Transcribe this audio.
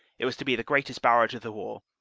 it was to be the greatest barrage of the war,